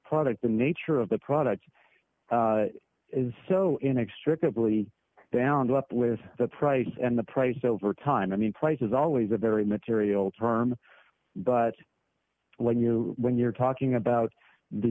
product the nature of the products is so inextricably bound up with the price and the price over time i mean price is always a very material term but when you when you're talking about the